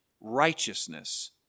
righteousness